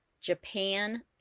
Japan